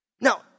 Now